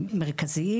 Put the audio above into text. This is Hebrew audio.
מרכזיים: